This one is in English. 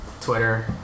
Twitter